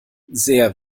sehr